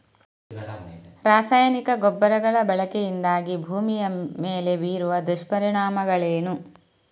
ರಾಸಾಯನಿಕ ಗೊಬ್ಬರಗಳ ಬಳಕೆಯಿಂದಾಗಿ ಭೂಮಿಯ ಮೇಲೆ ಬೀರುವ ದುಷ್ಪರಿಣಾಮಗಳೇನು?